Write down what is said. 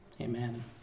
Amen